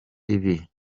ibi